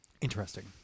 Interesting